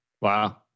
Wow